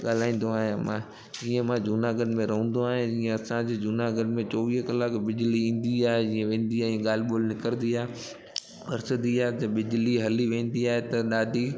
ॻाल्हाईंदो आहियां मां जीअं मां जूनागढ़ में रहंदो आहियां जीअं असांजे जूनागढ़ में चोवीह कलाक बिजली ईंदी आहे जीअं वेंदी आहे ॻाल्हि ॿोल्हि निकिरंदी आहे जीअं बिजली हली वेंदी आहे त ॾाढी